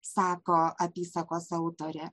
sako apysakos autorė